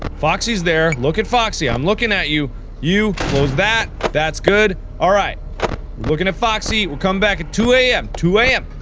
foxy's there look at foxy i'm looking at you you close that that's good all right looking at foxy we'll come back at two a m. two a m.